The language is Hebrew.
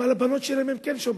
הם על הבנות שלהן כן שומרים,